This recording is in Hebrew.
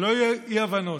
שלא יהיו אי-הבנות,